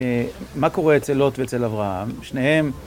מה קורה אצל לוט ואצל אברהם, שניהם?